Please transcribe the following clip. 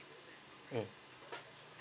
um